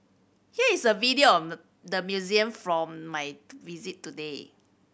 here is a video of the museum from my visit today